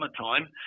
summertime